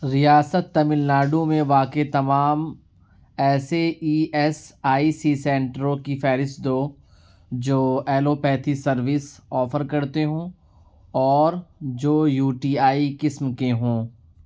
ریاست تمل ناڈو میں واقع تمام ایسے ای ایس آئی سی سینٹروں کی فہرست دو جو ایلوپیتھی سروس آفر کرتے ہوں اور جو یو ٹی آئی قسم کے ہوں